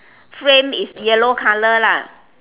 frame is yellow color lah